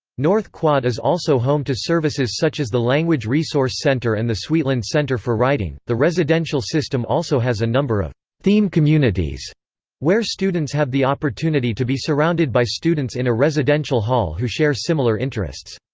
north quad is also home to services such as the language resource center and the sweetland center for writing the residential system also has a number of theme communities where students have the opportunity to be surrounded by students in a residential hall who share similar interests.